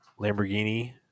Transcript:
Lamborghini